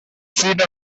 scene